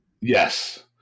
Yes